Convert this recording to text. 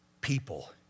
people